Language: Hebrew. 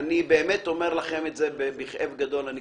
באמת אני אומר בכאב גדול גם